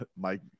mike